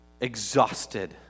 exhausted